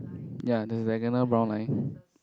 ya there's a diagonal brown line